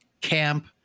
camp